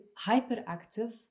hyperactive